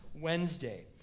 Wednesday